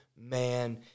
man